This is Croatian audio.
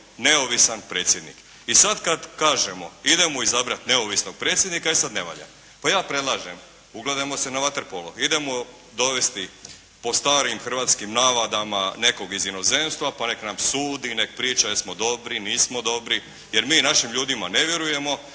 neovisan predsjednik. I sad kad kažemo idemo izabrati neovisnog predsjednika, e sad ne valja. Pa ja predlažem, ugledajmo se na vaterpolo. Idemo dovesti po starim hrvatskim navadama nekog iz inozemstva pa nek nam sudi i nek priča jesmo dobri, nismo dobri jer mi našim ljudima ne vjerujemo.